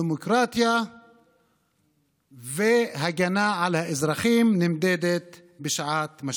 דמוקרטיה והגנה על האזרחים נמדדות בשעת משבר.